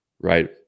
right